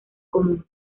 común